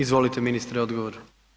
Izvolite ministre, odgovor.